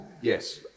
Yes